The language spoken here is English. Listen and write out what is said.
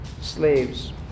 slaves